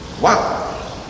Wow